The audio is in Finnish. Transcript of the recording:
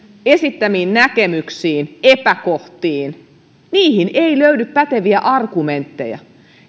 esittämiin näkemyksiin epäkohtiin ei löydy päteviä argumentteja